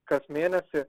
kas mėnesį